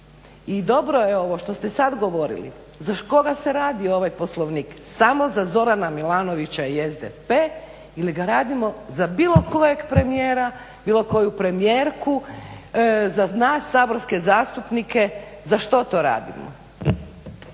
i dobro je ovo što ste sad govorili, za koga se radi ovaj Poslovnik? Samo za Zorana Milanovića i SDP ili ga radimo za bilo kojeg premijera, bilo koju premijerku, za nas saborske zastupnike, za što to radimo?